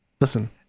listen